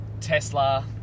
Tesla